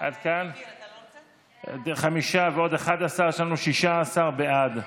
חמישה ועוד 11, יש לנו 16 בעד.